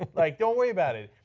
like don't worry about it.